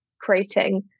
creating